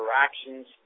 actions